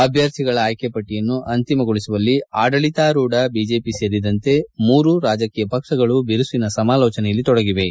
ಅಭ್ಯರ್ಥಿಗಳ ಆಯ್ಕೆ ಪಟ್ಟಿಯನ್ನು ಅಂತಿಮಗೊಳಿಸುವಲ್ಲಿ ಆಡಳಿತಾರೂಢ ಬಿಜೆಪಿ ಸೇರಿದಂತೆ ಮೂರೂ ರಾಜಕೀಯ ಪಕ್ಷಗಳು ಬಿರುಸಿನ ಸಮಾಲೋಚನೆಯಲ್ಲಿ ತೊಡಗಿವೆ